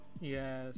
Yes